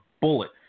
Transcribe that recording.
bullet